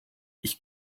ich